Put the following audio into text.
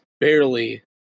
barely